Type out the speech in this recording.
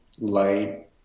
light